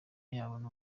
yabona